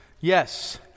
Yes